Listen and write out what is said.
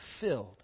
filled